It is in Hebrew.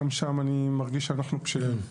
גם שם אני מרגיש שאנחנו בשלים.